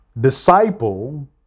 disciple